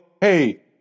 hey